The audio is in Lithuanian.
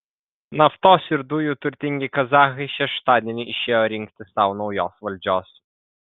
naftos ir dujų turtingi kazachai šeštadienį išėjo rinkti sau naujos valdžios